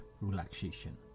relaxation